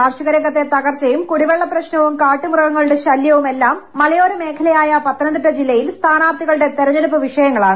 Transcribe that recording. കാർഷിക രംഗത്തെ തകർച്ചയും കുടിവെള്ളപ്രശ്നവും കാട്ടുമൃഗങ്ങളുടെ ശല്യവുമെല്ലാം മലയോര മേഖലയായ പത്തനംതിട്ട ജില്ലയിൽ സ്ഥാനാർഥികളുടെ തെരഞ്ഞെടുപ്പ് വിഷയങ്ങളാണ്